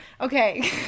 okay